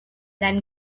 then